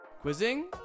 Quizzing